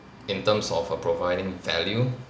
in terms of err providing value